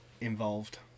involved